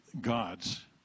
God's